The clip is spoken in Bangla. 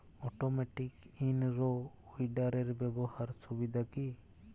অটোমেটিক ইন রো উইডারের ব্যবহারের সুবিধা কি?